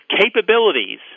capabilities